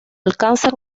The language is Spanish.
alcanzan